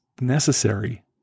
necessary